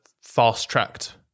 fast-tracked